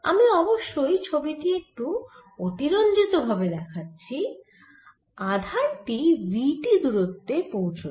আমি অবশ্যই ছবি টি একটু অতিরঞ্জিত ভাবে দেখাচ্ছি আধান টি v t দূরত্বে পৌঁছল